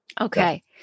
Okay